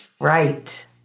Right